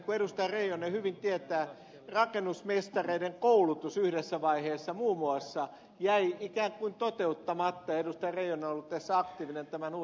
reijonen hyvin tietää että rakennusmestareiden koulutus yhdessä vaiheessa muun muassa jäi ikään kuin toteuttamatta ja ed